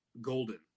golden